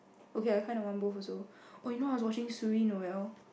okay I kind of want both also oh you know I was watching Suri Noelle